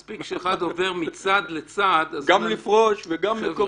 מספיק שאחד עובר מצד לצד -- גם לפרוש וגם...